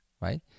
right